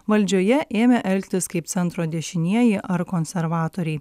valdžioje ėmė elgtis kaip centro dešinieji ar konservatoriai